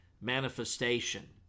manifestation